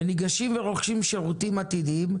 וניגשים ורוכשים שירותים עתידיים,